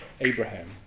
Abraham